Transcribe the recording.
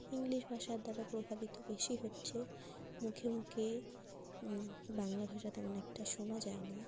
English ভাষার দ্বারা প্রভাবিত বেশি হচ্ছে মুখে মুখে বাংলা ভাষা তেমন একটা শোনা যায় না